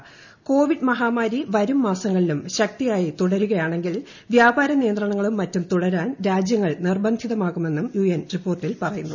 ഒമ്പത് കോവിഡ്മഹമാരി വരും മാസങ്ങളിലും ശക്തിയായ് തുടരുകയാണെങ്കിൽ വ്യാപാരനിയന്ത്രണങ്ങളും മറ്റും തുടരാൻ രാജ്യങ്ങൾ നിർബന്ധിതമാകുമെന്നും യുഎൻ റിപ്പോർട്ടിൽ പറയുന്നു